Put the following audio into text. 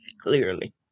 Clearly